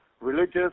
religious